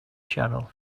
channel